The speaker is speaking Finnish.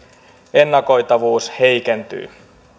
ennakoitavuus heikentyy